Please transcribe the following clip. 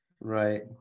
Right